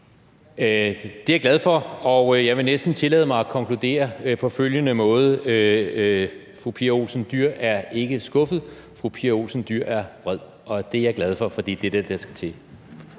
Det er jeg glad for. Jeg vil næsten tillade mig at konkludere på følgende måde: Fru Pia Olsen Dyhr er ikke skuffet, fru Pia Olsen Dyhr er vred. Og det er jeg glad for, for det er det, der skal til.